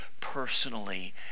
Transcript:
personally